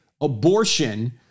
abortion